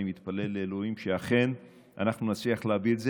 אני מתפלל לאלוהים שאכן אנחנו נצליח להביא את זה,